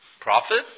Profit